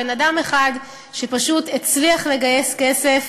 בן-אדם אחד שפשוט הצליח לגייס כסף,